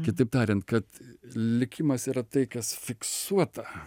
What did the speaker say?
kitaip tariant kad likimas yra tai kas fiksuota